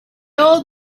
old